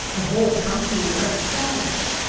the whole company were astonished.